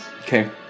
Okay